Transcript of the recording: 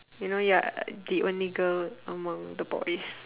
you know you're the only girl among the boys